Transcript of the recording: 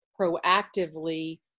proactively